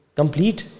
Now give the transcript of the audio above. complete